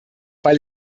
weil